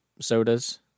sodas